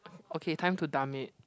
okay time to dump it